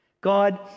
God